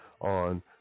on